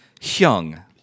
Hyung